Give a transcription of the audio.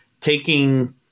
taking